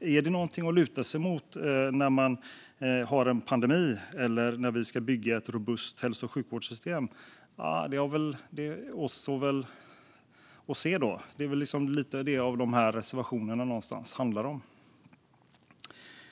är de något att luta sig mot under en pandemi eller när vi ska bygga ett robust hälso och sjukvårdssystem? Nja, det återstår väl att se. Det är väl lite det reservationerna handlar om.